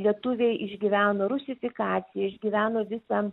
lietuviai išgyveno rusifikaciją išgyveno visą